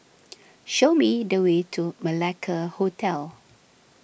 show me the way to Malacca Hotel